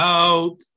out